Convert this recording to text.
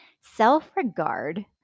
Self-regard